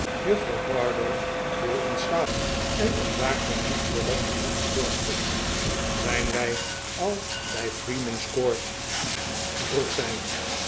juffrouw bardell viel in slaap en ontwaakte niet voordat de koets stilstond zijn wij al bij freemans court vroeg zij